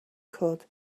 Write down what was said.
could